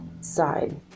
side